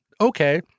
Okay